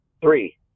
three